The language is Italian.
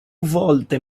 volte